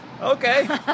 Okay